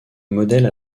modèle